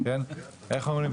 איך אומרים